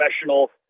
professional